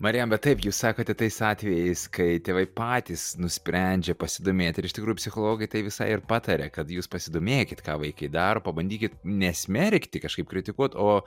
marijam bet taip jūs sakote tais atvejais kai tėvai patys nusprendžia pasidomėt ir iš tikrųjų psichologai tai visai ir pataria kad jūs pasidomėkit ką vaikai daro pabandykit ne smerkti kažkaip kritikuot o